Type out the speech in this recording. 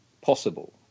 possible